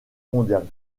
mondiale